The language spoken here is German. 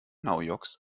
naujoks